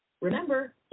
Remember